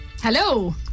Hello